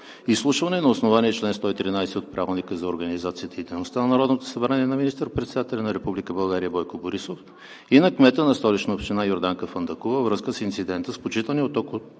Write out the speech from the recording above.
Изслушване на основание чл. 113 от Правилника за организацията и дейността на Народното събрание на министър председателя на Република България Бойко Борисов и на кмета на Столична община Йорданка Фандъкова във връзка с инцидента с починалия от токов